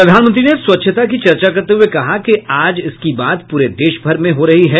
प्रधानमंत्री ने स्वच्छता की चर्चा करते हुए कहा कि आज इसकी बात पूरे देशभर में हो रही है